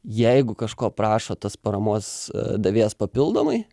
jeigu kažko prašo tas paramos davėjas papildomai